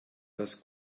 das